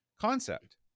Concept